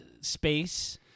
space